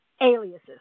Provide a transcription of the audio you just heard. aliases